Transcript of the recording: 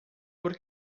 por